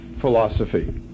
philosophy